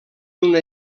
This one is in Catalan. una